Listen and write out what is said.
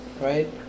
Right